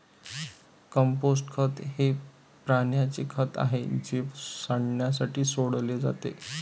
compost खत हे प्राण्यांचे खत आहे जे सडण्यासाठी सोडले जाते